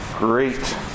Great